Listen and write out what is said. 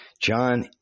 John